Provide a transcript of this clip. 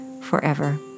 forever